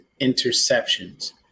interceptions